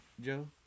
Joe